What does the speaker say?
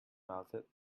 melted